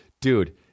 Dude